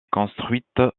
construite